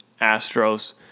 Astros